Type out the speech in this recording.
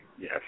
Yes